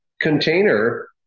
container